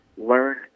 Learn